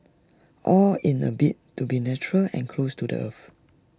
all in A bid to be natural and close to the earth